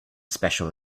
special